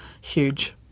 huge